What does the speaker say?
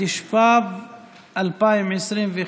התשפ"ב 2021,